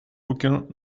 aucun